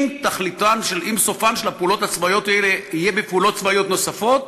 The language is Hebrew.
אם סופן של הפעולות הצבאיות האלה יהיה בפעולות צבאיות נוספות,